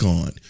on